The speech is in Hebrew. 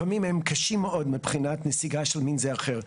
לפעמים הם קישם מאוד מבחינת נסיגה של מין זה או אחר,